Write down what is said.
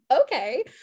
okay